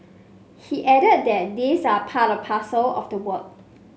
he added that these are part and parcel of the job